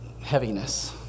heaviness